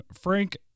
Frank